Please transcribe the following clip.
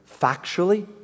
factually